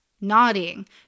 nodding